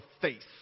face